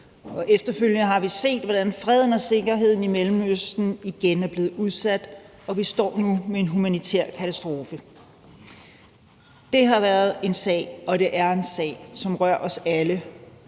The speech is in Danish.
efterfølgende har vi set, hvordan freden og sikkerheden i Mellemøsten igen er blevet udsat, og vi står nu med en humanitær katastrofe. Det har været og er en sag, som rører os alle,